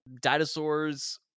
dinosaurs